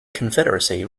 confederacy